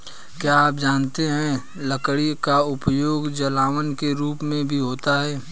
क्या आप जानते है लकड़ी का उपयोग जलावन के रूप में भी होता है?